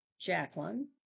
Jacqueline